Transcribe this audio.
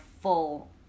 full